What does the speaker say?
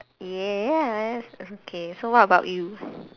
yes okay so what about you